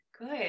Good